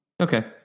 okay